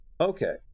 Okay